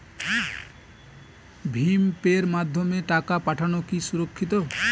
ভিম পের মাধ্যমে টাকা পাঠানো কি সুরক্ষিত?